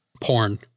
Porn